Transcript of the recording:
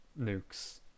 nukes